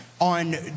on